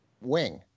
wing